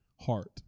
heart